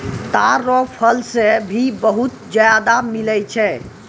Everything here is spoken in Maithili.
ताड़ रो फल से भी बहुत ज्यादा मिलै छै